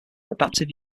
adaptive